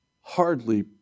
Hardly